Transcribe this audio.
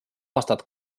aastat